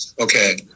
Okay